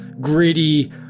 gritty